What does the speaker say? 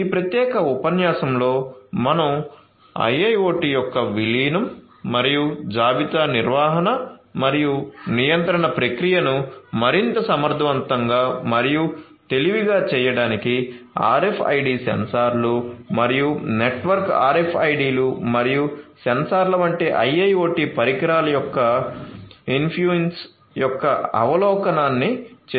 ఈ ప్రత్యేక ఉపన్యాసంలో మనం IIoT యొక్క విలీనం మరియు జాబితా నిర్వహణ మరియు నియంత్రణ ప్రక్రియను మరింత సమర్థవంతంగా మరియు తెలివిగా చేయడానికి RFID సెన్సార్లు మరియు నెట్వర్క్ RFID లు మరియు సెన్సార్ల వంటి IIoT పరికరాల యొక్క ఇన్ఫ్యూస్ యొక్క అవలోకనాన్ని చేసాము